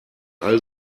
all